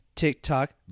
tiktok